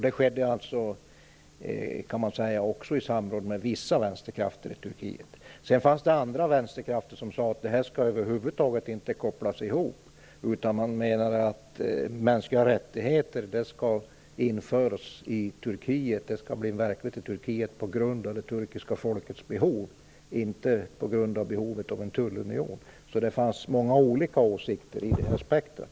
Det skedde, kan man säga, också i samråd med vissa vänsterkrafter i Turkiet. Sedan fanns det andra vänsterkrafter som sade att det här över huvud taget inte skulle kopplas ihop. Man menade att mänskliga rättigheter skall införas och bli verklighet i Turkiet på grund av det turkiska folkets behov, inte på grund av behovet av en tullunion. Det fanns alltså många olika åsikter i det här spektrumet.